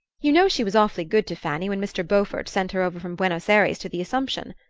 you know she was awfully good to fanny when mr. beaufort sent her over from buenos ayres to the assomption.